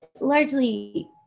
largely